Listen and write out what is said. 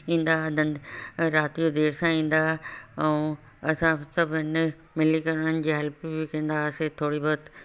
ईंदा हुआ ॾंध राति जो देरि सां ईंदा आहे ऐं असां सभु भेनर मिली करे उन्हनि जी हैल्प बि कंदासीं थोरी बहुत